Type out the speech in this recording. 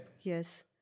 yes